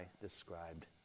described